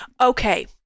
Okay